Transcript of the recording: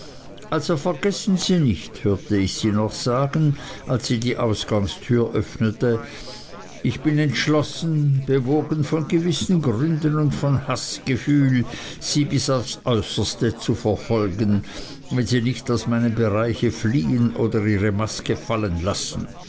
also vergessen sie nicht hörte ich sie noch sagen als sie die ausgangstüre öffnete ich bin entschlossen bewogen von gewissen gründen und von haßgefühl sie bis aufs äußerste zu verfolgen wenn sie nicht aus meinem bereiche fliehen oder ihre maske fallen lassen